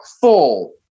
full